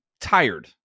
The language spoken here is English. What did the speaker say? tired